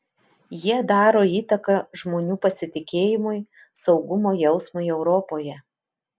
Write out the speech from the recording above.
jie daro įtaką žmonių pasitikėjimui saugumo jausmui europoje